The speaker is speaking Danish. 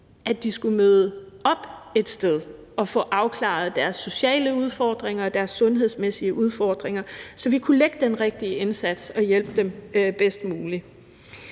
at de skulle møde op et sted og få afklaret deres sociale udfordringer og deres sundhedsmæssige udfordringer, så vi kunne tilrettelægge den rigtige indsats og hjælpe dem bedst muligt.